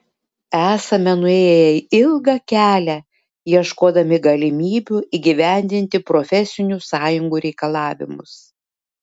esame nuėję ilgą kelią ieškodami galimybių įgyvendinti profesinių sąjungų reikalavimus